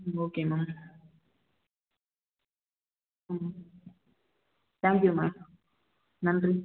ம் okay ma'am ம் thank you ma'am நன்றி